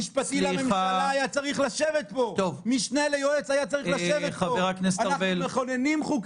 על המספר של חברי הכנסת שיכולים להיכנס לכנסת,